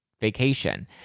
vacation